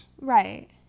Right